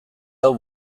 hau